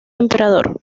emperador